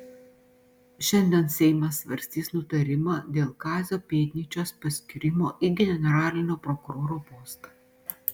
šiandien seimas svarstys nutarimą dėl kazio pėdnyčios paskyrimo į generalinio prokuroro postą